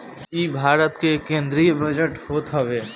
इ भारत के केंद्रीय बजट होत हवे